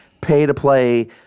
pay-to-play